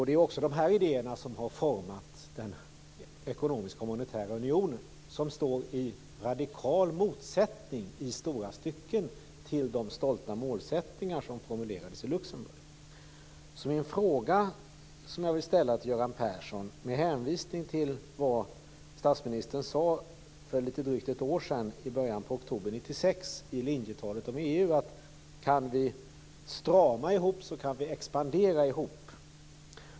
Det är också dessa idéer som har format den europeiska monetära unionen som i stora stycken står i radikal motsättning till de stolta målsättningar som formulerades i Luxemburg. Jag vill ställa en fråga till Göran Persson med hänvisning till vad statsministern sade för drygt ett år sedan, i början av oktober 1996, i linjetalet om EU: Kan vi strama ihop, så kan vi expandera ihop.